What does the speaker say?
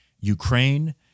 Ukraine